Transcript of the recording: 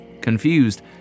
Confused